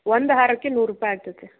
ಒಂದು ಹಾರಕ್ಕೆ ನೂರು ರೂಪಾಯಿ ಆಗ್ತೈತೆ